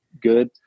good